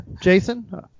jason